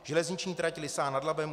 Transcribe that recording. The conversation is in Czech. Železniční trať Lysá nad Labem